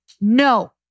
no